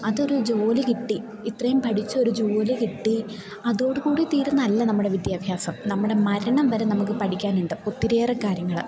അതൊരു ജോലി കിട്ടി ഇത്രയും പഠിച്ച് ഒരു ജോലി കിട്ടി അതോടുകൂടി തീരുന്നതല്ല നമ്മുടെ വിദ്യാഭ്യാസം നമ്മുടെ മരണം വരെ നമുക്ക് പഠിക്കാനുണ്ട് ഒത്തിരിയേറെ കാര്യങ്ങള്